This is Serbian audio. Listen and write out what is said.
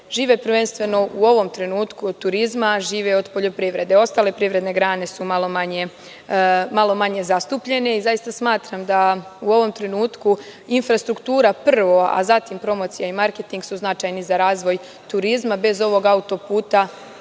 žive prvenstveno u ovom trenutku od turizma, žive od poljoprivrede. Ostale privredne grane su malo manje zastupljene. Zaista smatram da u ovom trenutku infrastruktura prvo, a zatim promocija i marketing su značajni za razvoj turizma. Bez ovog auto-puta